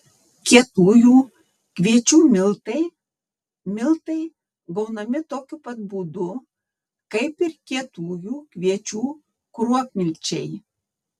kietųjų kviečių miltai miltai gaunami tokiu pat būdu kaip ir kietųjų kviečių kruopmilčiai